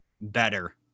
better